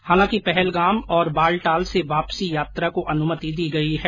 हालांकि पहलगाम और बालतल से वापसी यात्रा को अनुमति दी गई है